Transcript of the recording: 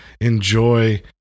enjoy